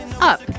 up